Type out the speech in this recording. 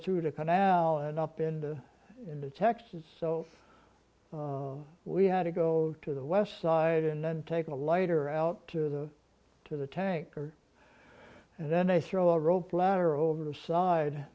through the canal and up into into texas so we had to go to the west side and then take a lighter out to the to the tanker and then they throw a rope ladder over the side